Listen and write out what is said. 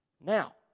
Now